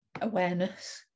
awareness